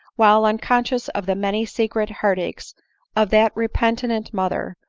while, unconscious of the many secret heart aches of that repentant mother,